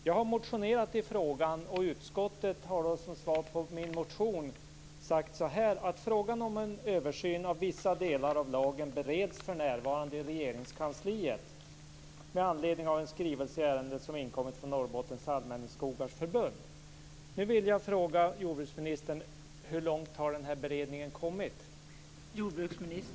Jag har motionerat i frågan och utskottet har svarat att frågan om en översyn av vissa delar av lagen för närvarande bereds i Regeringskansliet med anledning av en skrivelse i ärendet som inkommit från Norrbottens allmänningsskogars förbund. Jag vill nu fråga jordbruksministern hur långt denna beredning har kommit.